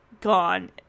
Gone